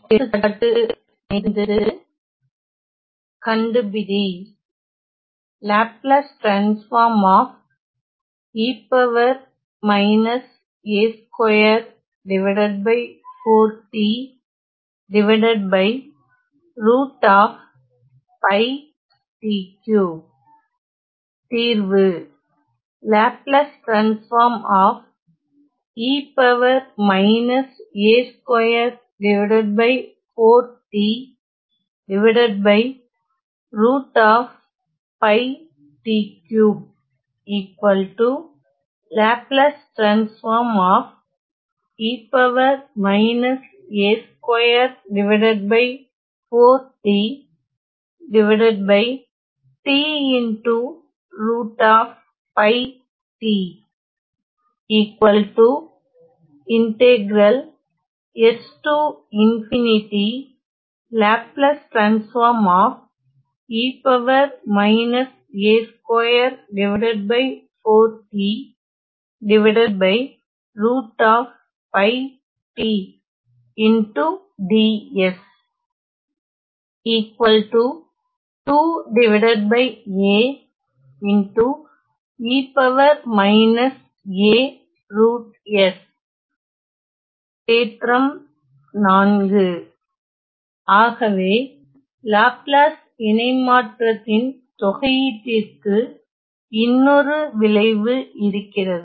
எடுத்துக்காட்டு கண்டுபிடி தீர்வு தேற்றம் 4 ஆகவே லாப்லாஸ் இணை மாற்றத்தின் தொகையீட்டிற்கு இன்னொரு விளைவு இருக்கிறது